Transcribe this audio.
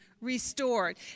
restored